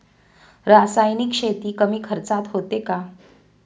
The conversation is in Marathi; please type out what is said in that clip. रासायनिक शेती कमी खर्चात होते का?